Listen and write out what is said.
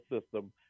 system